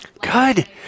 Good